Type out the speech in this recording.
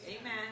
Amen